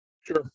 Sure